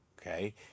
Okay